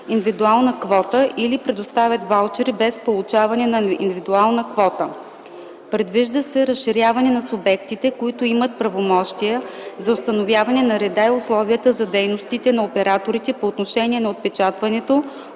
индивидуална квота или предоставят ваучери без получаване на индивидуална квота. Предвижда се разширяване на субектите, които имат правомощия за установяване на реда и условията за дейностите на операторите по отношение на отпечатването,